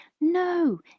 no